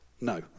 no